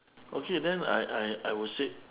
okay then I I I would say